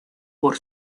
por